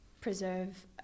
preserve